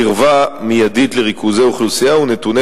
קרבה מיידית לריכוזי אוכלוסייה ונתוני